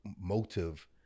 motive